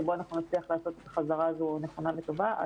שבו נצליח לעשות את החזרה הזו נכונה וטובה.